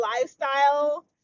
lifestyle